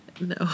No